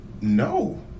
no